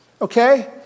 okay